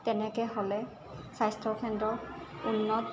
তেনেকৈ হ'লে স্বাস্থ্য কেন্দ্ৰ উন্নত